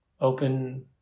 Open